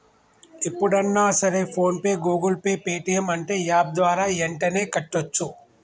ఎప్పుడన్నా సరే PhonePe Google Pay Paytm అంటే యాప్ ద్వారా యెంటనే కట్టోచ్చు